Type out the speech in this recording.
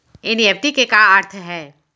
NEFT के का अर्थ है?